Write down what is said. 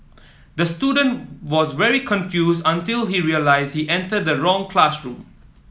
the student was very confused until he realised he entered the wrong classroom